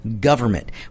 government